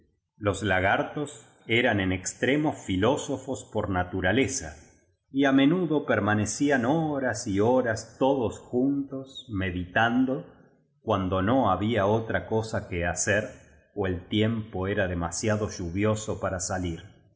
los lagartos eran en extremo filósofos por naturaleza y á menudo permanecían horas y horas todos juntos meditan do cuando no había otra cosa que hacer ó el tiempo era de masiado lluvioso para salir